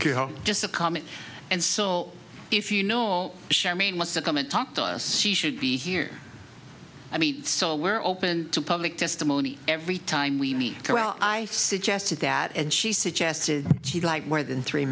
cary just a comment and so if you know charmaine was to come and talk to us she should be here i mean so we're open to public testimony every time we meet well i suggested that and she suggested she like more than three